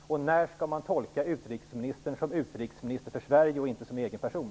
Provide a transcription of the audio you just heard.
När skall man tolka utrikesministern som utrikesminister för Sverige och inte som egen person?